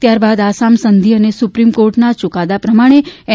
ત્યારબાદ આસામ સંધિ અને સુપ્રીમ કોર્ટના યુકાદા પ્રમાણે એન